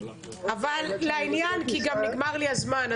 אבל דבר לעניין כי גם נגמר לי הזמן.